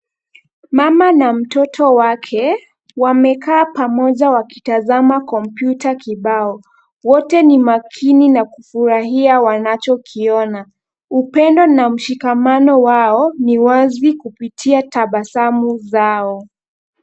Mama na mtoto wake wamekaa pamoja wakitazama kompyuta kibao. Wote ni makini na kufurahia wanachokiona. Upendo na mshikamano wao ni wazi kupitia tabasamu zao.